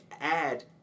add